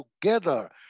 together